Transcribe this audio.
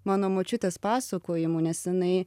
mano močiutės pasakojimų nes jinai